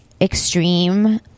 Extreme